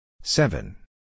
Seven